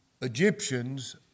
Egyptians